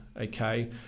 okay